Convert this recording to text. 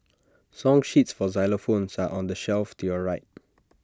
song sheets for xylophones are on the shelf to your right